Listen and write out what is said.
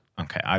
Okay